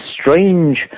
strange